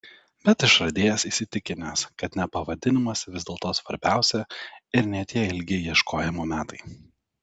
bet išradėjas įsitikinęs kad ne pavadinimas vis dėlto svarbiausia ir ne tie ilgi ieškojimo metai